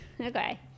Okay